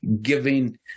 giving